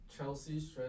Chelsea's